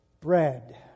Bread